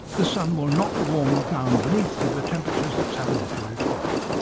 the sun will not warm the ground beneath to the temperatures that sabuleti require.